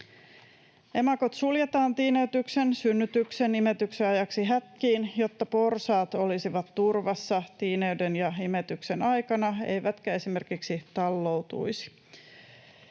Emakot suljetaan tiineytyksen, synnytyksen ja imetyksen ajaksi häkkiin, jotta porsaat olisivat turvassa tiineyden ja imetyksen aikana eivätkä esimerkiksi tallautuisi.